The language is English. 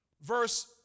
verse